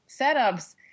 setups